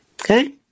Okay